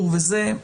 אפשרי.